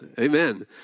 Amen